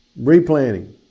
replanting